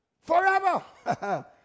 forever